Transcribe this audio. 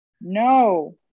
No